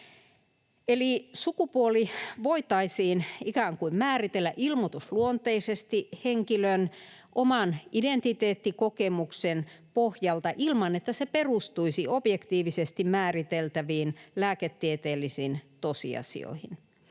sukupuoli voitaisiin ikään kuin määritellä ilmoitusluonteisesti henkilön oman identiteettikokemuksen pohjalta ilman, että se perustuisi objektiivisesti määriteltäviin lääketieteellisiin tosiasioihin.